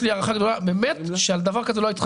יש לי רכב אישי ואתה לא יודע לפי המספר